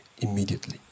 immediately